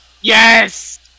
yes